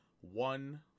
one